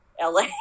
LA